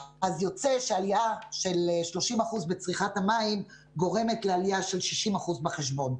אז יוצא שעלייה של 30% בצריכת המים גורמת לעלייה של 60% בחשבון.